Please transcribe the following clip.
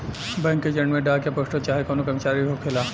bank के agent में डाक या पोस्टल चाहे कवनो कर्मचारी होखेला